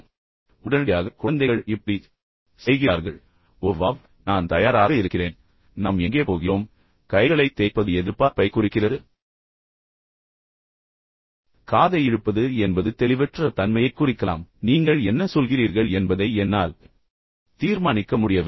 எனவே உடனடியாக குழந்தைகள் இப்படிச் செய்கிறார்கள் ஓ வாவ் நான் தயாராக இருக்கிறேன் நாம் எங்கே போகிறோம் எனவே கைகளைத் தேய்ப்பது எதிர்பார்ப்பைக் குறிக்கிறது காதை இழுப்பது என்பது தெளிவற்ற தன்மையைக் குறிக்கலாம் எனவே நீங்கள் என்ன சொல்கிறீர்கள் என்பதை என்னால் தீர்மானிக்க முடியவில்லை